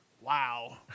wow